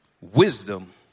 wisdom